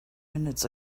minutes